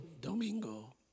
Domingo